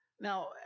Now